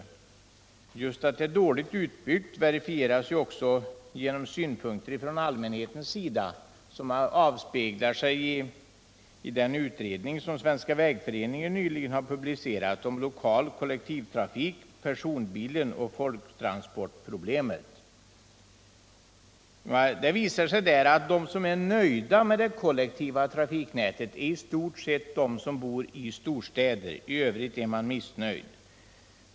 Påståendet att kollektivtrafiken är dåligt utbyggd verifieras av synpunkter från allmänhetens sida och avspeglar sig också i den utredning som Svenska vägföreningen nyligen publicerat om lokal kollektivtrafik, personbilen och folktransportbehovet. Det visar sig där att de som är nöjda med det kollektiva 15 trafiknätet i stort sett är de som bor i storstäder. I övrigt är man missnöjd.